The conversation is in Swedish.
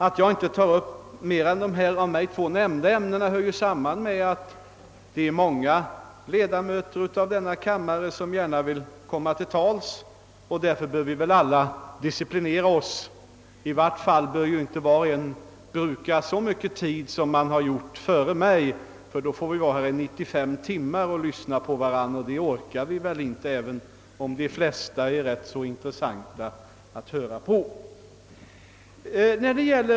Att jag inte ämnar ta upp mer än de två ämnen jag nämnt beror naturligtvis på att det är många av kammarens ledamöter som gärna vill komma till tals, och därför bör vi väl alla disciplinera oss. I varje fall bör inte var och en bruka så mycken tid som talarna före mig har gjort, ty i så fall får vi sitta här i 95 timmar och lyssna på varandra, och det orkar vi inte med, även om flertalet ledamöter är ganska intressanta att lyssna till.